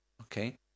Okay